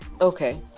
okay